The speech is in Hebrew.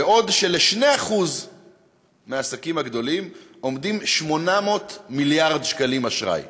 בעוד ל-2% מהעסקים הגדולים עומדים 800 מיליארד שקלים אשראי.